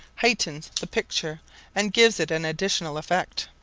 heightens the picture and gives it an additional effect.